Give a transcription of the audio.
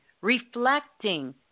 reflecting